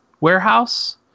warehouse